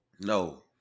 No